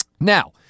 Now